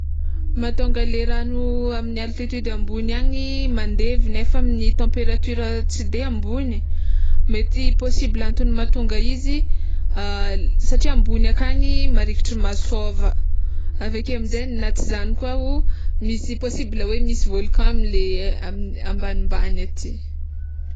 Mahatonga le ragno amin'ny altitude ambony agny mandevy nefa amin'ny temperature tsy de ambony mety possible antony mahatonga izy satria ambony akany marikitry masôva, aveke aminjegny na tsy zagny koa misy possible hoe misy volcan amle amy ambanimbany aty.